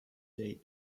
date